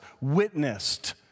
witnessed